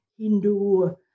Hindu